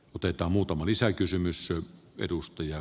otetaan muutama lisäkysymys on edustaja